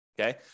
okay